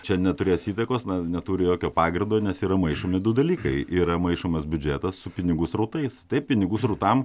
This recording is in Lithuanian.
čia neturės įtakos na neturi jokio pagrindo nes yra maišomi du dalykai yra maišomas biudžetas su pinigų srautais taip pinigų srautam